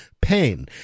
pain